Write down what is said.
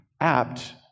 apt